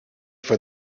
for